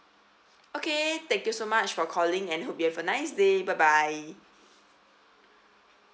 okay thank you so much for calling and hope you have a nice day bye bye